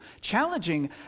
Challenging